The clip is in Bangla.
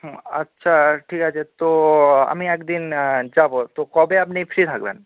হুম আচ্ছা ঠিক আছে তো আমি একদিন যাব তো কবে আপনি ফ্রি থাকবেন